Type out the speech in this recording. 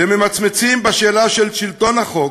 כשממצמצים בשאלה של שלטון החוק,